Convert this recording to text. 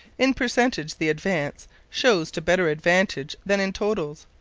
in percentage the advance shows to better advantage than in totals,